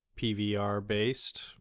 PVR-based